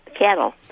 cattle